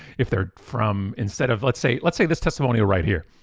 if they're from, instead of let's say let's say this testimonial right here.